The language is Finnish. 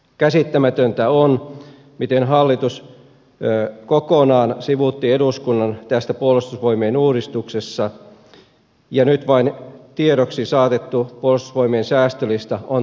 käsittämätöntä on miten hallitus kokonaan sivuutti eduskunnan tässä puolustusvoimien uudistuksessa ja nyt vain tiedoksi saatettu puolustusvoimien säästölista on todella karu